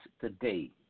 today